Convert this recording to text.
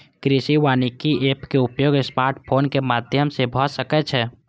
कृषि वानिकी एप के उपयोग स्मार्टफोनक माध्यम सं भए सकै छै